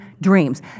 dreams